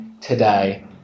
today